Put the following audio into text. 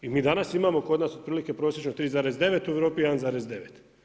I mi danas imamo kod nas otprilike prosječno 3,9, u Europi 1,9.